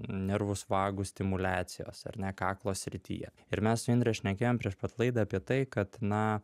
nervus vagų stimuliacijos ar ne kaklo srityje ir mes su indre šnekėjom prieš pat laidą apie tai kad na